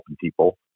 people